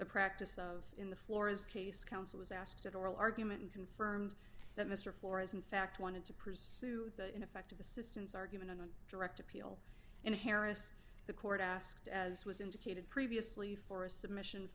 the practice of in the florist case counsel was asked at oral argument and confirmed that mr flores in fact wanted to pursue the ineffective assistance argument in a direct appeal and harris the court asked as was indicated previously for a submission